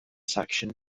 section